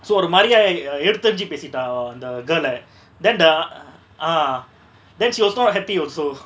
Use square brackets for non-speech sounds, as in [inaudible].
so ஒரு மாரியா:oru mariya [noise] எடுத்து எரிஞ்சி பேசிட்ட:eduthu erinji pesitta oh அந்த:antha girl ah then the ah then she was not happy also